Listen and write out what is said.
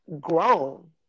grown